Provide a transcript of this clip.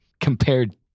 Compared